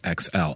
XL